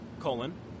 Colon